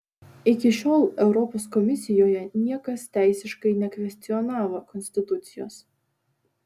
iki šiol europos komisijoje niekas teisiškai nekvestionavo konstitucijos